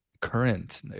current